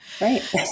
Right